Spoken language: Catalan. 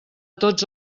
tots